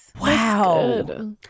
Wow